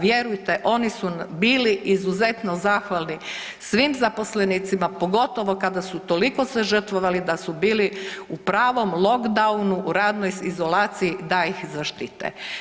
Vjerujte, oni su bili izuzetno zahvalni svim zaposlenicima, pogotovo kada su toliko se žrtvovali da su bili u pravom lockdownu u radnoj izolaciji da ih zaštite.